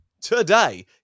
today